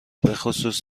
بخصوص